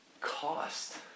cost